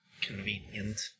Convenient